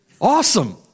awesome